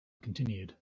continued